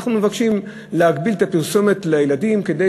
אנחנו מבקשים להגביל את הפרסומת לילדים כדי